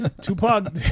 Tupac